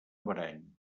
averany